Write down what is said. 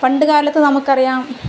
പണ്ടുകാലത്ത് നമുക്കറിയാം